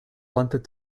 wanted